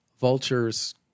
vultures